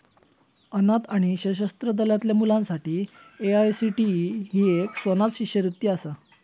अनाथ आणि सशस्त्र दलातल्या मुलांसाठी ए.आय.सी.टी.ई ही एक स्वनाथ शिष्यवृत्ती असा